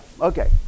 okay